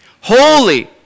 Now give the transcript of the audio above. holy